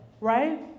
right